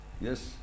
Yes